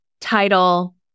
title